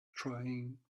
trying